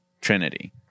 trinity